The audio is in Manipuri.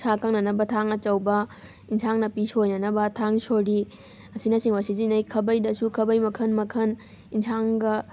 ꯁꯥ ꯀꯛꯅꯅꯕ ꯊꯥꯡ ꯑꯆꯧꯕ ꯑꯦꯟꯁꯥꯡ ꯅꯥꯄꯤ ꯁꯣꯏꯅꯅꯕ ꯊꯥꯡ ꯁꯣꯔꯤ ꯑꯁꯤꯅꯆꯤꯡꯕ ꯁꯤꯖꯤꯟꯅꯩ ꯈꯥꯕꯩꯗꯁꯨ ꯈꯥꯕꯩ ꯃꯈꯜ ꯃꯈꯜ ꯑꯦꯟꯁꯥꯡꯒ